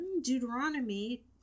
Deuteronomy